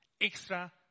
Extra